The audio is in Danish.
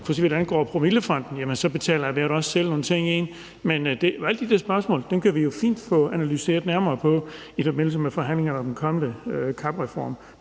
vidt angår promillefondene, betaler erhvervet også selv nogle ting ind. Men alle de der spørgsmål kan vi jo fint få analyseret nærmere i forbindelse med forhandlingerne om den kommende CAP-reform.